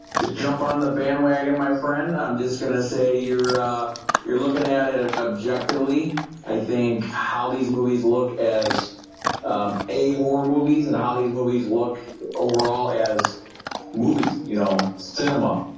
to jump on the bandwagon my friend. i'm just gonna say you're you're looking at it it objectively i think how these movies look as a horror movies and how these movies look overall as movies, you know cinema